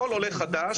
כל עולה חדש,